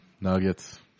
Nuggets